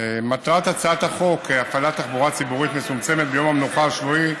מטרת הצעת החוק הפעלת תחבורה ציבורית מצומצמת ביום המנוחה השבועי,